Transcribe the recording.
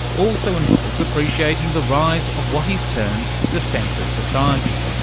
also involves appreciating the rise of what he's termed the sensor society.